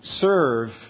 serve